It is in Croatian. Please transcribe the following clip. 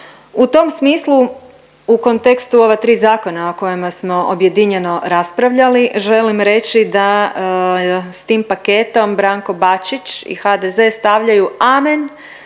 U tom smislu u kontekstu ova tri zakona o kojima smo objedinjeno raspravljali želim reći da s tim paketom Branko Bačić i HDZ stavljaju amen,